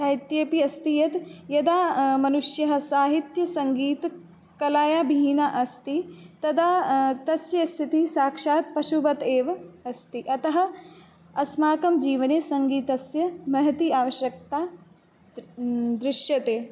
साहित्येपि अस्ति यत् यदा मनुष्यः साहित्यसङ्गीतकलया विहीनः अस्ति तदा तस्य स्थितिः साक्षात् पशुवत् एव अस्ति अतः अस्माकं जीवने सङ्गीतस्य महती आवश्यकता दृ दृश्यते